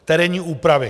Terénní úpravy.